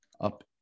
up